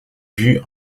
vue